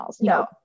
no